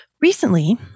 Recently